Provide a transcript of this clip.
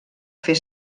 fer